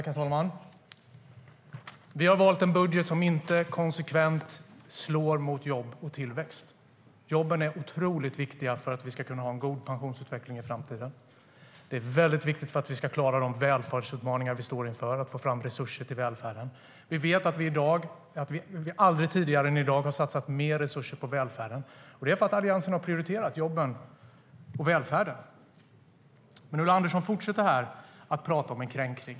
Herr talman! Vi har valt en budget som inte konsekvent slår mot jobb och tillväxt. Jobben är otroligt viktiga för att vi ska kunna ha en god pensionsutveckling i framtiden. Det är väldigt viktigt för att vi ska klara de välfärdsutmaningar vi står inför och få fram resurser till välfärden. Vi vet att vi aldrig tidigare har satsat mer resurser på välfärden än i dag. Det beror på att Alliansen har prioriterat jobben och välfärden. Men Ulla Andersson fortsätter att prata om en kränkning.